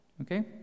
Okay